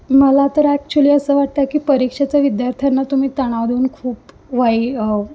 मला तर ॲक्चुली असं वाटत आहे की परीक्षेचा विद्यार्थ्यांना तुम्ही तणाव देऊन खूप वाईट